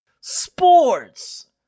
Sports